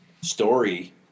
story